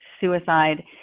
suicide